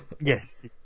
yes